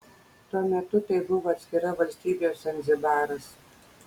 tuo metu tai buvo atskira valstybė zanzibaras